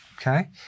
Okay